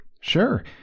Sure